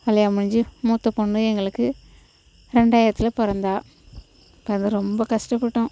கல்யாணம் முடிஞ்சு மூத்த பொண்ணு எங்களுக்கு ரெண்டாயிரத்தில் பிறந்தா அப்போ அது ரொம்ப கஷ்டப்பட்டோம்